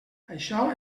això